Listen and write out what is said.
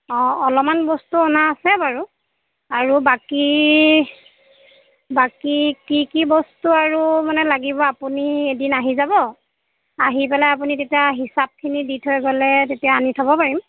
অঁ অলমান বস্তু অনা আছে বাৰু আৰু বাকী বাকী কি কি বস্তু আৰু মানে লাগিব আপুনি এদিন আহি যাব আহি পেলাই আপুনি তেতিয়া হিচাপখিনি দি থৈ গ'লে তেতিয়া আনি থ'ব পাৰিম